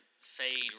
fade